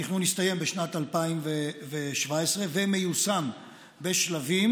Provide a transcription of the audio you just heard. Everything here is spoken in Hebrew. התכנון הסתיים בשנת 2017 ומיושם בשלבים.